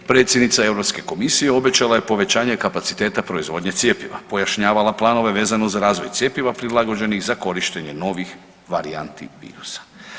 Predsjednica Europske komisije obećala je povećanje kapaciteta proizvodnje cjepiva, pojašnjavala planove vezano za razvoj cjepiva prilagođenih za korištenje novih varijanti virusa.